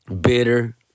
bitter